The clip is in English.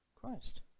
Christ